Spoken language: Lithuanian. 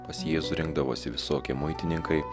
pas jėzų rinkdavosi visokie muitininkai